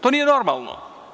To nije normalno.